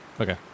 Okay